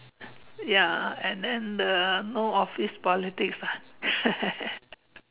ya and then the no office politics ah